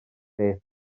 beth